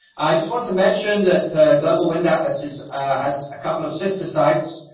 i just want to mention that global wind atlas has has a couple of sister sites.